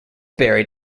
buried